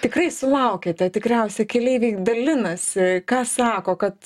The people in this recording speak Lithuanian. tikrai sulaukiate tikriausiai keleiviai dalinasi ką sako kad